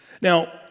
Now